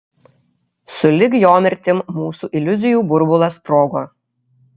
sulig jo mirtim mūsų iliuzijų burbulas sprogo